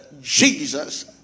Jesus